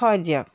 হয় দিয়ক